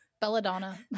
belladonna